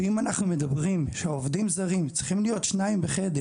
ואם אנחנו מדברים שעובדים זרים צריכים להיות שניים בחדר